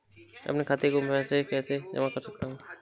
मैं अपने खाते में पैसे कैसे जमा कर सकता हूँ?